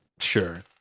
sure